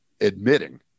admitting